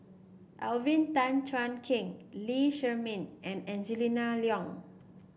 Alvin Tan Cheong Kheng Lee Shermay and Angela Liong